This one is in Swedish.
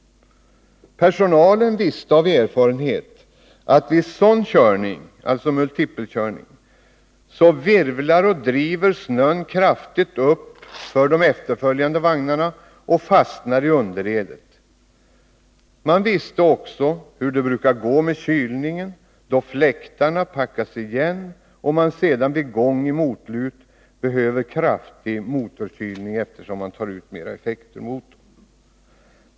Personalen visste av erfarenhet att snön vid multipelkörning alltid virvlar och driver upp kraftigt framför efterföljande vagnar och fastnar i underredet. Man visste också hur det brukar gå med kylningen när fläktarna packas igen och man sedan vid gång i motlut behöver kraftig motorkylning, eftersom man då tar ut större effekt av motorn.